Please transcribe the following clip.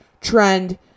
trend